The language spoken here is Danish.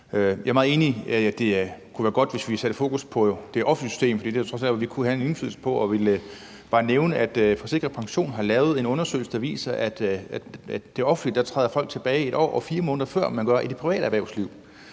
Jeg er meget enig i, at det kunne være godt, hvis vi satte fokus på det offentlige system. For det er jo trods alt der, hvor vi kan have en indflydelse på det, og jeg vil bare nævne, at Forsikring & Pension har lavet en undersøgelse, der viser, at folk i det offentlige træder tilbage, 1 år og 4 måneder før man gør det i det private erhvervsliv,